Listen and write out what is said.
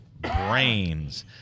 brains